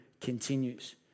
continues